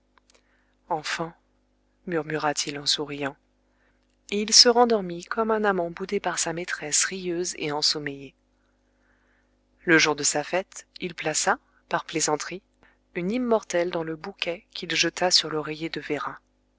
enfant murmura-t-il en souriant et il se rendormit comme un amant boudé par sa maîtresse rieuse et ensommeillée le jour de sa fête il plaça par plaisanterie une immortelle dans le bouquet qu'il jeta sur l'oreiller de véra